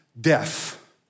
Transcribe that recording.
death